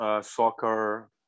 soccer